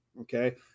Okay